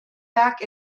back